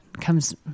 Comes